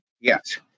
Yes